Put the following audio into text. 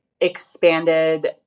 expanded